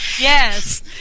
Yes